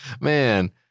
Man